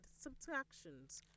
subtractions